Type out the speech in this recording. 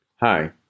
Hi